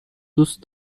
دوست